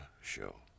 show